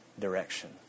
direction